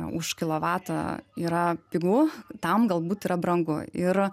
už kilovatą yra pigu tam galbūt yra brangu ir